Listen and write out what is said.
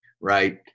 Right